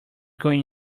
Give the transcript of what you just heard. going